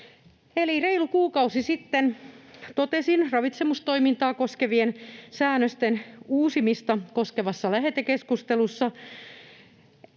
reilu kuukausi sitten totesin ravitsemustoimintaa koskevien säännösten uusimista koskevassa lähetekeskustelussa